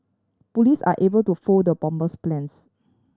police are able to foil the bomber's plans